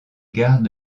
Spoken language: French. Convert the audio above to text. gares